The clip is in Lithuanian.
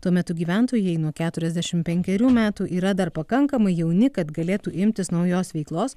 tuo metu gyventojai nuo keturiasdešimt penkerių metų yra dar pakankamai jauni kad galėtų imtis naujos veiklos